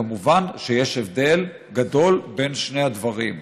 כמובן, יש הבדל גדול בין שני הדברים.